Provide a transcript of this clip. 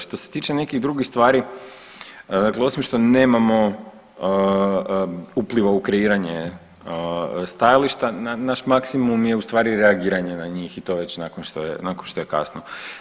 Što se tiče nekih drugih stvari, dakle osim što nemamo upliva u kreiranje stajališta, naš maksimum je ustvari reagiranje na njih i to već nakon što je kasno.